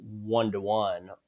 one-to-one